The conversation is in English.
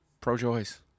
pro-choice